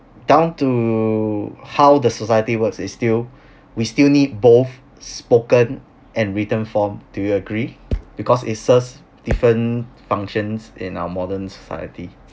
down to how the society works is still we still need both spoken and written form do you agree because it serves different functions in our modern society